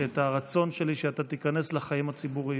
את הרצון שלי שאתה תיכנס לחיים הציבוריים.